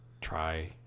try